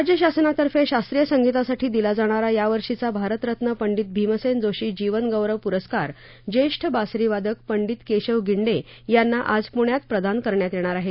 राज्य शासनातर्फे शास्त्रीय संगीतासाठी दिला जाणारा यावर्षीचा भारतरत्न पंडित भीमसेन जोशी जीवनगौरव प्रस्कार ज्येष्ठ बासरीवादक पंडित केशव गिंडे यांना आज प्ण्यात प्रदान करण्यात येणार आहे